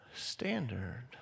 standard